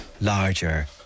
larger